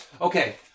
Okay